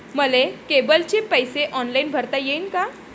मले केबलचे पैसे ऑनलाईन भरता येईन का?